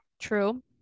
True